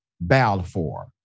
Balfour